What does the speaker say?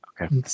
Okay